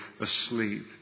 asleep